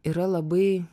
yra labai